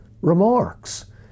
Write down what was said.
remarks